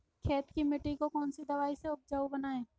खेत की मिटी को कौन सी दवाई से उपजाऊ बनायें?